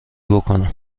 بکنه